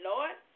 Lord